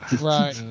Right